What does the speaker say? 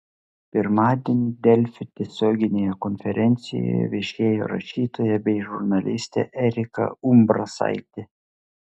pirmadienį delfi tiesioginėje konferencijoje viešėjo rašytoja bei žurnalistė erika umbrasaitė